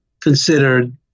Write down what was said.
considered